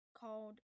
called